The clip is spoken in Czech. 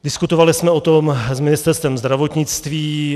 Diskutovali jsme o tom s Ministerstvem zdravotnictví.